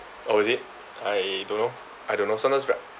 oh is it I don't know I don't know sometimes right